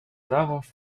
darauf